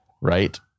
right